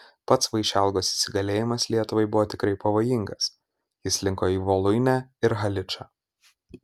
pats vaišelgos įsigalėjimas lietuvai buvo tikrai pavojingas jis linko į voluinę ir haličą